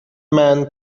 man